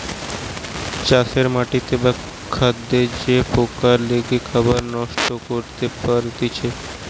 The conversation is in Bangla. চাষের মাটিতে বা খাদ্যে যে পোকা লেগে খাবার নষ্ট করতে পারতিছে